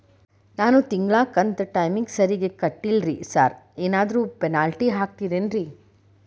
ನಾನು ತಿಂಗ್ಳ ಕಂತ್ ಟೈಮಿಗ್ ಸರಿಗೆ ಕಟ್ಟಿಲ್ರಿ ಸಾರ್ ಏನಾದ್ರು ಪೆನಾಲ್ಟಿ ಹಾಕ್ತಿರೆನ್ರಿ?